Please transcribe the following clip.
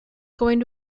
going